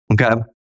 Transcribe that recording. okay